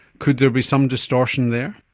could there be some distortion there?